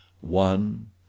One